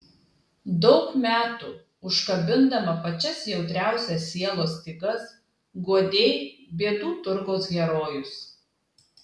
daug metų užkabindama pačias jautriausias sielos stygas guodei bėdų turgaus herojus